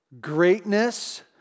greatness